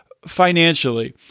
Financially